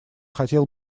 хотел